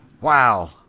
wow